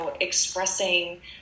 expressing